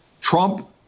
Trump